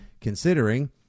considering